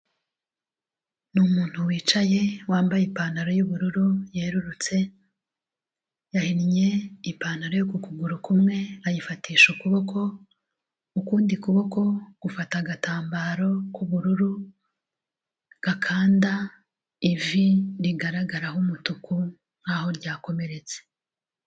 Ni umuntu wicaye wambaye ipantaro y'ubururu yerurutse, yahinnye ipantaro yo ku kuguru kumwe ayifatisha ukuboko, ukundi kuboko gufata agatambaro k'ubururu, gakanda ivi rigaragaraho umutuku nk'aho ryakomeretse.